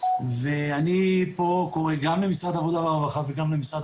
אני פה קורא גם למשרד האוצר וגם למשרד